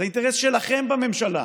זה אינטרס שלכם בממשלה,